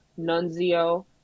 Nunzio